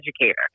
educator